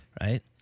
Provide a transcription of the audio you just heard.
Right